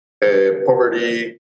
poverty